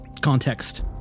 context